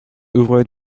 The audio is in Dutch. oerwoud